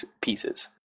pieces